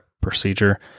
procedure